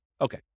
Okay